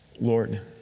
Lord